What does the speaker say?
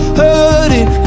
hurting